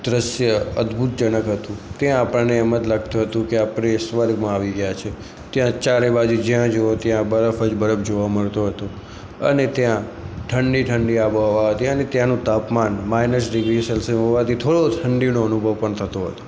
દૃશ્ય અદભૂત જનક હતું ત્યાં આપણને એમ જ લાગતું હતું કે આપણે સ્વર્ગમાં આવી ગયા છીએ ત્યાં ચારે બાજુ જ્યાં જુઓ ત્યાં બરફ જ બરફ જોવા મળતો હતો અને ત્યાં ઠંડી ઠંડી આબોહવા ત્યાં અને ત્યાંનું તાપમાન માઇનસ ડિગ્રી સૅલ્શિયસ હોવાથી થોડો ઠંડીનો અનુભવ પણ થતો હતો